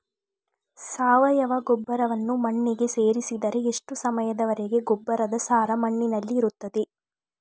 ಸಾವಯವ ಗೊಬ್ಬರವನ್ನು ಮಣ್ಣಿಗೆ ಸೇರಿಸಿದರೆ ಎಷ್ಟು ಸಮಯದ ವರೆಗೆ ಗೊಬ್ಬರದ ಸಾರ ಮಣ್ಣಿನಲ್ಲಿ ಇರುತ್ತದೆ?